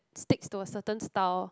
sticks to a certain style